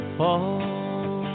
fall